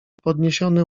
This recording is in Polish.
podniesiony